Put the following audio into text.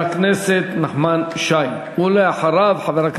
1220, 1221, 1241, 1254, 1257